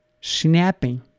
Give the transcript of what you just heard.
snapping